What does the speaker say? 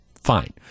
Fine